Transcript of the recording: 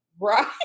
Right